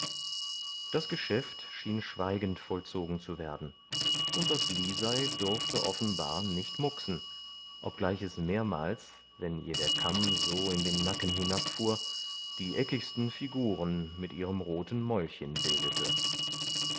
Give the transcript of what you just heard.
das geschäft schien schweigend vollzogen zu werden und das lisei durfte offenbar nicht mucksen obgleich es mehrmals wenn ihr der kamm so in den nacken hinabfuhr die eckigsten figuren mit ihrem roten mäulchen bildete